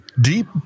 deep